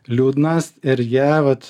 liūdnas ir jie vat